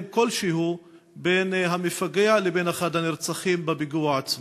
כלשהו בין המפגע לבין אחד הנרצחים בפיגוע עצמו?